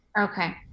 Okay